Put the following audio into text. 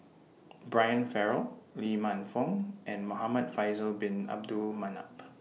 Brian Farrell Lee Man Fong and Muhamad Faisal Bin Abdul Manap